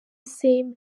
same